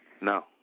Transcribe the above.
No